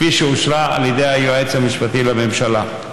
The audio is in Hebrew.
כפי שאושרה על ידי היועץ משפטי לממשלה.